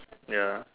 ya